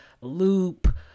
loop